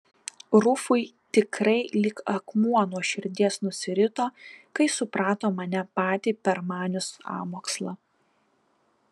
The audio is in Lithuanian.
rufui tikrai lyg akmuo nuo širdies nusirito kai suprato mane patį permanius sąmokslą